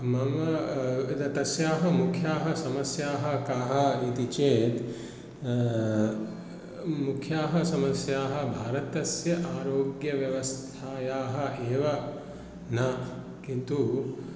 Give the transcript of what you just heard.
मम यत् तस्याः मुख्याः समस्याः काः इति चेत् मुख्याः समस्याः भारतस्य आरोग्यव्यवस्थायाः एव न किन्तु